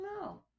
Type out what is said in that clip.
no